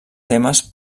temes